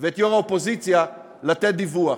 ואת יושב-ראש האופוזיציה לתת דיווח.